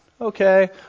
Okay